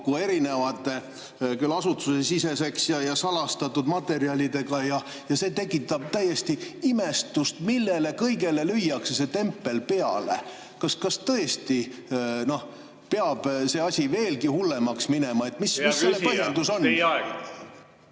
kokku erinevate asutusesiseselt salastatud materjalidega ja see tekitab täiesti imestust, millele kõigele lüüakse see tempel peale. Kas tõesti peab see asi veelgi hullemaks minema? Mis selle põhjendus on?